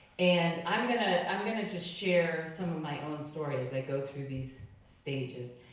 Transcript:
and i'm gonna i'm gonna just share some of my own stories that go through these stages.